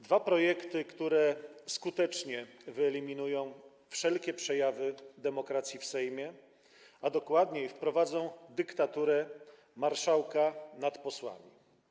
Dwa projekty, które skutecznie wyeliminują wszelkie przejawy demokracji w Sejmie, a dokładniej wprowadzą dyktaturę marszałka wobec posłów.